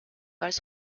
als